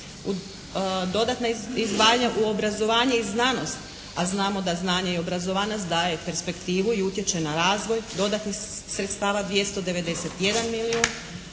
Dodatna izdvajanja u obrazovanje i znanost a znamo da znanje i obrazovanost daje perspektivu i utječe na razvoj dodatnih sredstava 291 milijun,